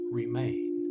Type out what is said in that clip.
remain